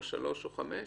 שלוש או חמש?